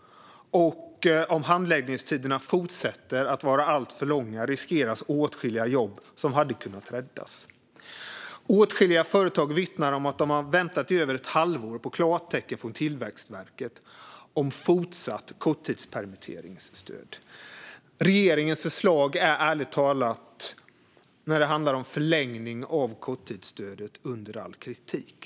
Om handläggningstiderna fortsätter att vara alltför långa riskeras också åtskilliga jobb, som hade kunnat räddas. Åtskilliga företag vittnar om att de har väntat i mer än ett halvår på klartecken från Tillväxtverket om fortsatt korttidspermitteringsstöd. Regeringens förslag om förlängning av korttidsstödet är, ärligt talat, under all kritik.